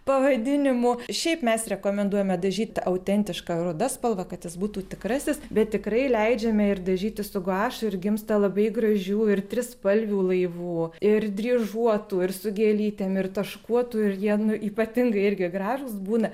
pavadinimų šiaip mes rekomenduojame dažyt autentiška ruda spalva kad jis būtų tikrasis bet tikrai leidžiame ir dažyti su guašu ir gimsta labai gražių ir trispalvių laivų ir dryžuotų ir su gėlytėm ir taškuotų ir jie nu ypatingai irgi gražūs būna